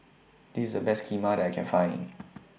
This IS The Best Kheema that I Can Find